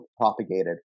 propagated